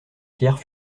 pierres